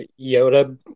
yoda